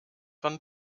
von